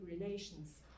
relations